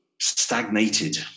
stagnated